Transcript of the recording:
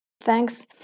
Thanks